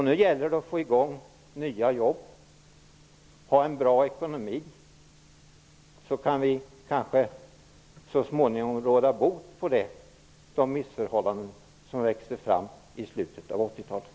Nu gäller det att få i gång nya jobb och ha en bra ekonomi, så kan vi kanske så småningom råda bot på de missförhållanden som växte fram i slutet på 1980